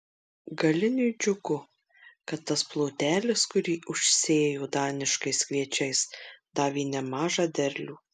galiniui džiugu kad tas plotelis kurį užsėjo daniškais kviečiais davė nemažą derlių